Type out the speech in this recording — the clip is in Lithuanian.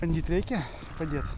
bandyt reikia padėt